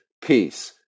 peace